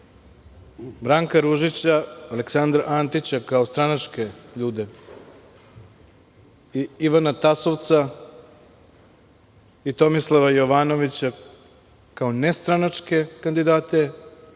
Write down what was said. Branka Ružića, Aleksandra Antića, kao stranačke ljude i Ivana Tasovca i Tomislava Jovanovića, kao nestranačke kandidate